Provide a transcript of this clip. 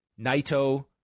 Naito